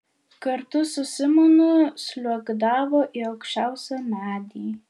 kartu su simonu sliuogdavo į aukščiausią medį